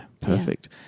perfect